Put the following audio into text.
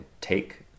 take